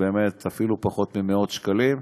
אפילו פחות ממאות שקלים,